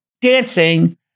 dancing